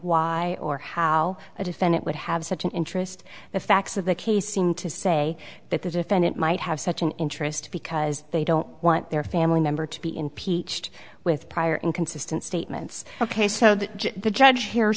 why or how a defendant would have such an interest the facts of the case seem to say that the defendant might have such an interest because they don't want their family member to be impeached with prior inconsistent statements ok so the judge here